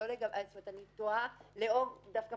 אני תוהה לאור מה